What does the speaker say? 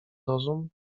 rozum